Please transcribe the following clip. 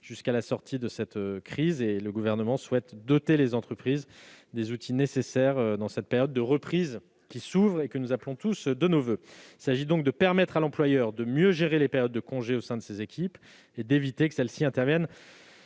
jusqu'à la sortie de cette crise. Le Gouvernement souhaite doter les entreprises des outils nécessaires dans cette période de reprise qui s'ouvre et que nous appelons tous de nos voeux. Il s'agit donc de permettre à l'employeur de mieux gérer les périodes de congé au sein de ses équipes et d'éviter que celles-ci n'interviennent